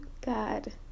God